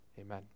Amen